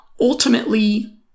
Ultimately